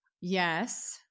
Yes